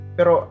Pero